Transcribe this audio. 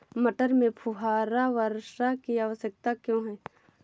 मटर में फुहारा वर्षा की आवश्यकता क्यो है?